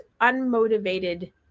unmotivated